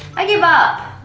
i give up,